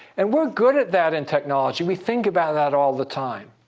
and we're good at that in technology, we think about that all the time.